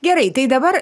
gerai tai dabar